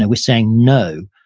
and we're saying, no,